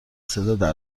صدا